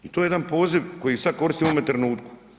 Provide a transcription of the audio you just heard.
I to je jedan poziv koji sada koristim u ovome trenutku.